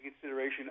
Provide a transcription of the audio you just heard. consideration